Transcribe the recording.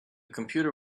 computer